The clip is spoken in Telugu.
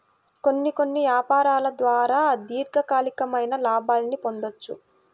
కొన్ని కొన్ని యాపారాల ద్వారా దీర్ఘకాలికమైన లాభాల్ని పొందొచ్చు